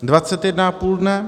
Dvacet jedna a půl dne.